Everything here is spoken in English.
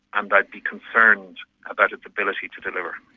and i'd be concerned about its ability to deliver.